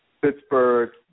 Pittsburgh